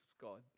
God